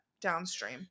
downstream